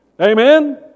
Amen